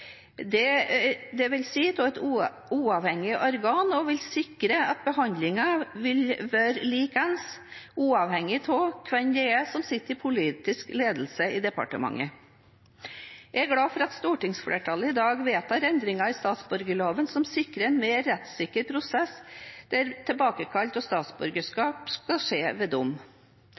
av et uavhengig organ, og vil sikre at behandlingen vil være likeens uavhengig av hvem som sitter i politisk ledelse i departementet. Jeg er glad for at stortingsflertallet i dag vedtar endringer i statsborgerloven som sikrer en mer rettssikker prosess, der tilbakekall av statsborgerskap skal skje ved